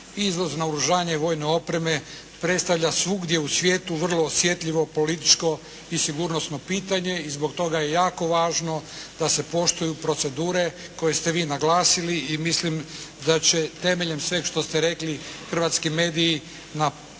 Izvoz naoružanja i vojne opreme predstavlja svugdje u svijetu vrlo osjetljivo političko i sigurnosno pitanje i zbog toga je jako važno da se poštuju procedure koje ste vi naglasili i mislim da će temeljem sveg što ste rekli, hrvatski mediji na